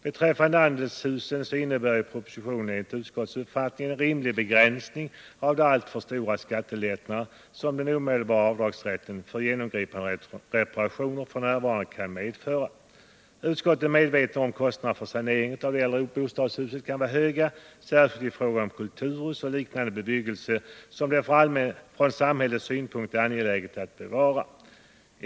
Beträffande andelshusen innebär propositionen enligt utskottets uppfattning en rimlig begränsning av de alltför stora skattelättnader som den omedelbara avdragsrätten för genomgripande reparationer f. n. kan medföra. Utskottet är medvetet om att kostnaderna för saneringen av det äldre bostadsbeståndet kan vara höga, särskilt i fråga om kulturhus och liknande bebyggelse som det från samhällets synpunkt är angeläget att bevara.